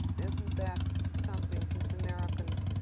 isn't that something, since americans